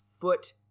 foot